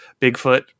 Bigfoot